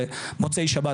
במוצאי שבת.